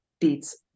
beats